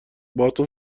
باهاتون